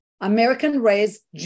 American-raised